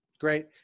Great